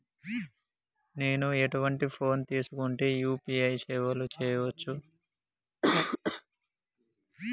నేను ఎటువంటి ఫోన్ తీసుకుంటే యూ.పీ.ఐ సేవలు చేయవచ్చు?